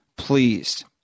pleased